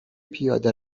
پیاده